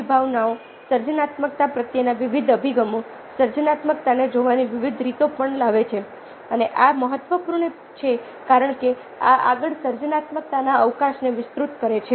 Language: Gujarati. આ વિભાવનાઓ સર્જનાત્મકતા પ્રત્યેના વિવિધ અભિગમો સર્જનાત્મકતાને જોવાની વિવિધ રીતો પણ લાવે છે અને આ મહત્વપૂર્ણ છે કારણ કે આ આગળ સર્જનાત્મકતાના અવકાશને વિસ્તૃત કરે છે